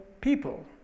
people